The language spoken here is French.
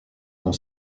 dont